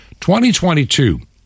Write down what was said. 2022